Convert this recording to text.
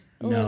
No